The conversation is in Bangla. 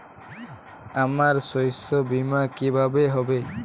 আমার শস্য বীমা কিভাবে হবে?